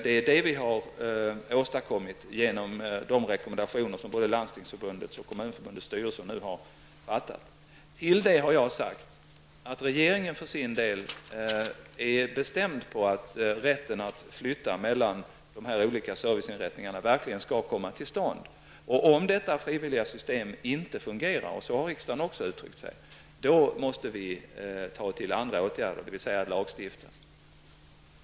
Det har vi åstadkommit genom de rekommendationer som både landstingsförbundet och Kommunförbundets styrelse nu har fattat beslut om. Därtill har jag sagt att regeringen för sin del är bestämd när det gäller att rätten att flytta mellan olika serviceinrättningar verkligen skall komma till stånd. Om detta frivilliga system inte fungerar -- så har riksdagen också uttryckt sig -- måste vi ta till andra åtgärder, dvs. lagstiftning.